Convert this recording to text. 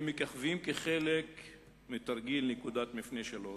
הם מככבים כחלק מתרגיל "נקודת מפנה 3",